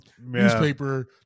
newspaper